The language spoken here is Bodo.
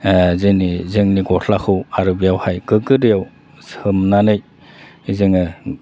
जेनि जोंनि गस्लाखौ आरो बेयावहाय गोगो दैयाव सोमनानै जोङो